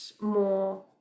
more